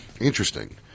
Interesting